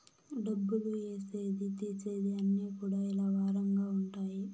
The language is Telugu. డబ్బులు ఏసేది తీసేది అన్ని కూడా ఇలా వారంగా ఉంటాయి